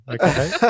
okay